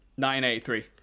1983